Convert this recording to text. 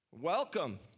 Welcome